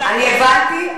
אין לי טענה, הבנתי.